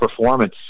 Performance